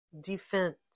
defense